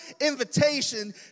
invitation